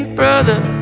brother